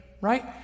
right